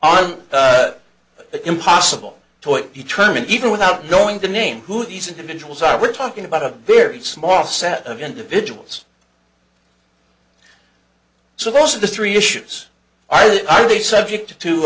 on impossible toit determine even without knowing the name who these individuals are we're talking about a very small set of individuals so those are the three issues are they subject to